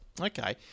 Okay